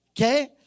Okay